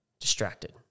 distracted